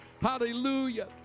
Hallelujah